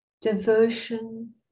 Devotion